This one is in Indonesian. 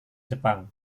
jepang